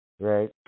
right